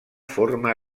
forma